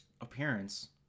appearance